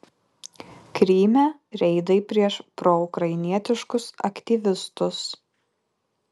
kryme reidai prieš proukrainietiškus aktyvistus